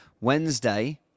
Wednesday